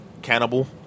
cannibal